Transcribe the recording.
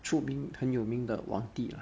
著名很有名的皇帝 lah